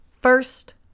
first